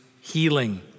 healing